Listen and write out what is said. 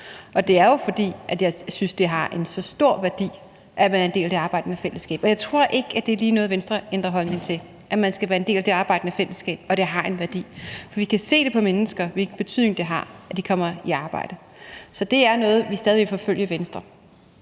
Og det er jo, fordi jeg synes, det har så stor en værdi at være en del af det arbejdende fællesskab, og jeg tror ikke, at det lige er noget, Venstre ændrer holdning til, altså at man skal være en del af det arbejdende fællesskab, og at det har en værdi, for vi kan se på mennesker, hvilken betydning det har, at de kommer i arbejde. Så det er noget, vi stadig vil forfølge i Venstre.